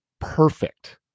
perfect